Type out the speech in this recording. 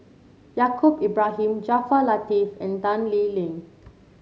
Yaacob Ibrahim Jaafar Latiff and Tan Lee Leng